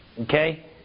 Okay